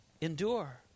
endure